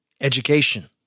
Education